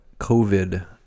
COVID